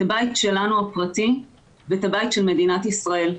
את הבית שלנו הפרטי ואת הבית של מדינת ישראל.